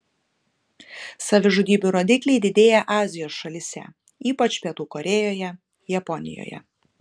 savižudybių rodikliai didėja azijos šalyse ypač pietų korėjoje japonijoje